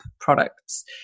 products